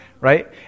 Right